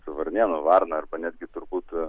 su varnėnu varna arba netgi turbūt